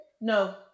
no